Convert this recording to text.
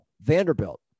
Vanderbilt